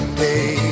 day